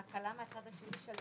הישיבה ננעלה בשעה